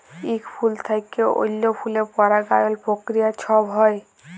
ইক ফুল থ্যাইকে অল্য ফুলে পরাগায়ল পক্রিয়া ছব হ্যয়